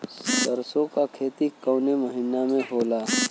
सरसों का खेती कवने महीना में होला?